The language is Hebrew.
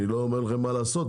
אני לא אומר לכם מה לעשות,